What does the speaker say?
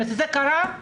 זה קרה?